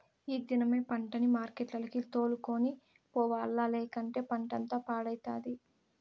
ఈ దినమే పంటని మార్కెట్లకి తోలుకొని పోవాల్ల, లేకంటే పంటంతా పాడైతది